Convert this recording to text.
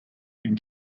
and